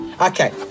Okay